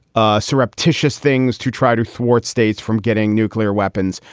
ah surreptitious things to try to thwart states from getting nuclear weapons,